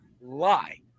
lie